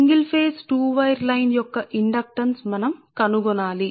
మరియు ఒకే phase 2 wire line యొక్క ఇండక్టెన్స్ను మనం కనుగొనాలి